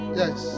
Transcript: yes